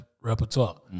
repertoire